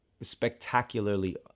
spectacularly